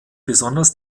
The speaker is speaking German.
besonders